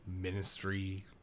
ministry